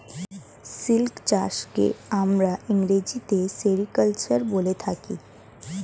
silk চাষকে আমরা ইংরেজিতে সেরিকালচার বলে থাকি